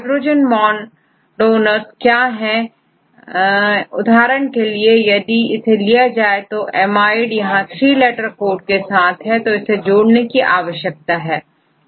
hydrogen bond donors क्या है उदाहरण के तौर पर यदि इसे लिया जाए तो एमाइड यहां थ्री लेटर कोड के साथ हैं तो इन्हें जोड़ने की आवश्यकता है